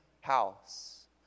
house